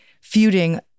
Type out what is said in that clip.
feuding